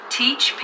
teach